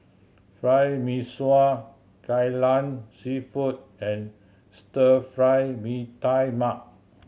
Fried Mee Sua Kai Lan Seafood and Stir Fried Mee Tai Mak